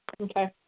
Okay